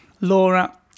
Laura